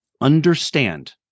understand